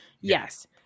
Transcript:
yes